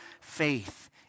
faith